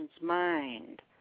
mind